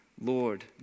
Lord